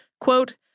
Quote